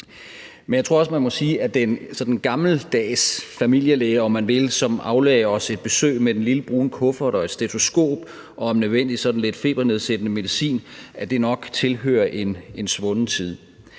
men jeg tror også, man må sige, at den gammeldags familielæge, om man vil, som aflagde os et besøg med den lille brune kuffert og stetoskop og om nødvendigt sådan lidt febernedsættende medicin, nok tilhører en svunden tid.